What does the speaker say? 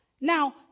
Now